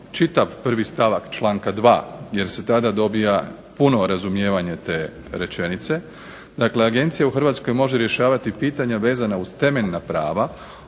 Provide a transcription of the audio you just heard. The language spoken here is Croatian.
čitav prvi stavak članka 2. jer se tada dobija puno razumijevanje te rečenice dakle "AGEncija u Hrvatskoj može rješavati pitanja vezana uz temeljna prava